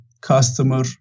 Customer